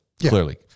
clearly